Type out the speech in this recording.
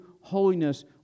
holiness